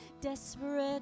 desperate